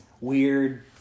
weird